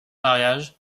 mariage